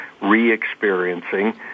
re-experiencing